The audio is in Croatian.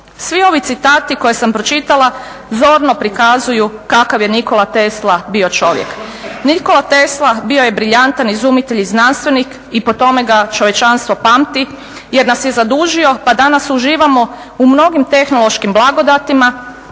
Svi ovi citati koje sam pročitala zorno prikazuju kakav je Nikola Tesla bio čovjek. Nikola Tesla bio je briljantan izumitelj i znanstvenik i po tome ga čovječanstvo pamti jer nas je zadužio pa danas uživamo u mnogim tehnološkim blagodatima,